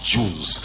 Jews